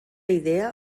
idea